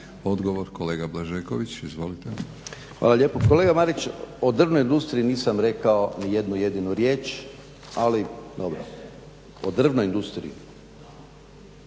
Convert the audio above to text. Izvolite. **Blažeković, Boris (HNS)** Hvala lijepo. Kolega Marić, o drvnoj industriji nisam rekao ni jednu jedinu riječ, ali dobro. … /Upadica